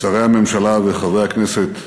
שרי הממשלה וחברי הכנסת